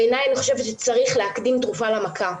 בעיניי אני חושבת שצריך להקדים תרופה למכה,